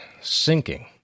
sinking